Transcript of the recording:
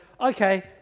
okay